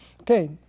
Okay